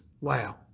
Wow